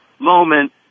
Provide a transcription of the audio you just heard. moment